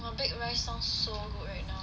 !wah! baked rice sounds so good right now